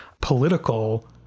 political